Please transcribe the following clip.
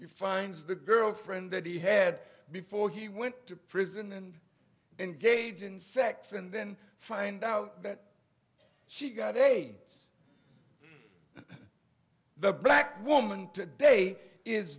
who finds the girlfriend that he had before he went to prison and engage in sex and then find out that she got a chance the black woman to day is